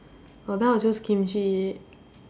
orh then I'll choose kimchi